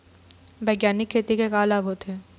बैग्यानिक खेती के का लाभ होथे?